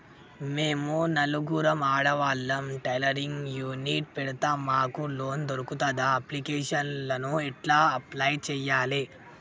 మేము నలుగురం ఆడవాళ్ళం టైలరింగ్ యూనిట్ పెడతం మాకు లోన్ దొర్కుతదా? అప్లికేషన్లను ఎట్ల అప్లయ్ చేయాలే?